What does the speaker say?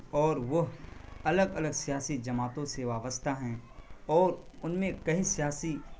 اور وہ الگ الگ سیاسی جماعتوں سے وابستہ ہیں اور ان میں کئی سیاسی